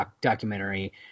documentary